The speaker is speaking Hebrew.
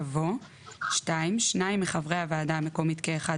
יבוא: "(2) שניים מחברי הוועדה המקומית כאחד